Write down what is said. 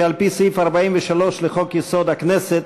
כי על-פי סעיף 43 לחוק-יסוד: הכנסת,